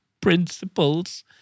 principles